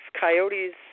coyotes